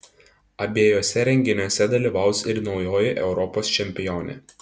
abiejuose renginiuose dalyvaus ir naujoji europos čempionė